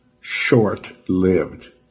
short-lived